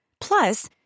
Plus